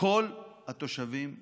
כל התושבים באוסטריה.